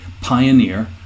pioneer